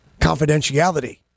confidentiality